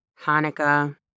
Hanukkah